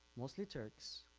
mostly turks